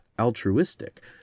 altruistic